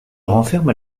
renferme